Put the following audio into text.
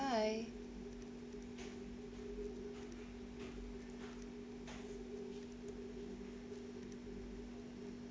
bye